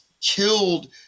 killed